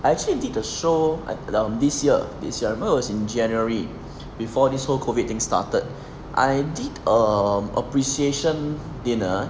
I actually did the show at around this year this year I remember it was in january before this whole COVID thing started I did um appreciation dinner